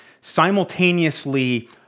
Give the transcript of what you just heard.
simultaneously